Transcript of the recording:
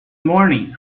morning